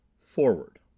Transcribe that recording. FORWARD